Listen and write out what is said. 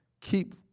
keep